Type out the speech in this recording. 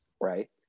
right